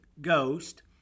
Ghost